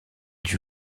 dut